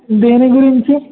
దేని గురించి